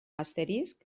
asterisc